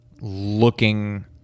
looking